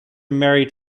married